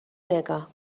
نگاه